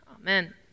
amen